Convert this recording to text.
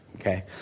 Okay